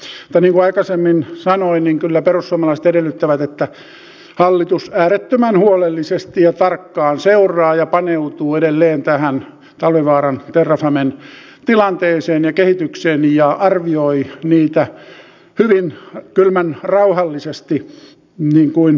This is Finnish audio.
tai niin kuin aikaisemmin sanoin niin kyllä perussuomalaiset edellyttävät että hallitus äärettömän huolellisesti ja tarkkaan seuraa ja paneutuu edelleen tähän talvivaaran terrafamen tilanteeseen ja kehitykseen ja arvioi niitä hyvin kylmän rauhallisesti niin kuin valtiovarainvaliokuntakin teki